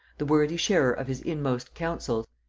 the worthy sharer of his inmost counsels,